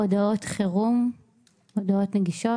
הודעות חירום מונגשות).